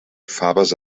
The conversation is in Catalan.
faves